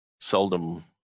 seldom